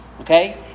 okay